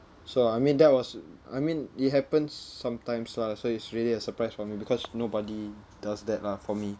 so I mean that was I mean it happens sometimes lah so it's really a surprise for me because nobody does that lah for me